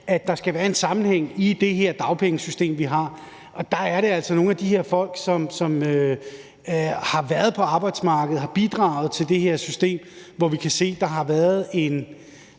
at der skal være en sammenhæng i det dagpengesystem, vi har. Der kan vi se, at der altså for nogle af de her folk, som har været på arbejdsmarkedet, har bidraget til det her system, har været en, jeg ved ikke, om